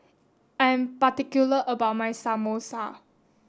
I am particular about my Samosa